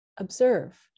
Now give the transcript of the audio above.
Observe